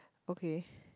okay